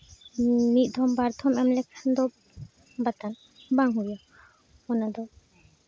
ᱢᱤᱫ ᱫᱚᱢ ᱵᱟᱨ ᱫᱚᱢ ᱮᱢ ᱞᱮᱠᱷᱟᱱ ᱫᱚ ᱵᱟᱛᱟᱱ ᱵᱟᱝ ᱦᱩᱭᱩᱜᱼᱟ ᱚᱱᱟᱫᱚ